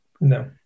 No